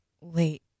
Wait